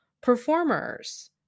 performers